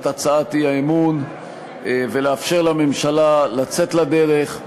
הצעת האי-אמון ולאפשר לממשלה לצאת לדרך,